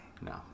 No